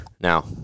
Now